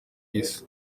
isi